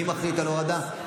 מי מחליט על הורדה.